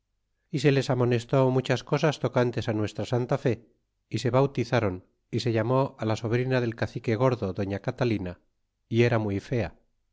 y se les amonestó muchas cosas tocantes á nuestra santa fe y se bautizaron y se llamó á la sobrina del cacique gordo doña catalina y era muy fea